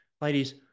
Ladies